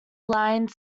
line